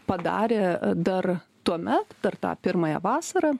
padarė dar tuomet per tą pirmąją vasarą